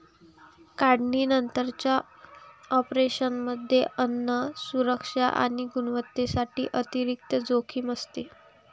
काढणीनंतरच्या ऑपरेशनमध्ये अन्न सुरक्षा आणि गुणवत्तेसाठी अतिरिक्त जोखीम असते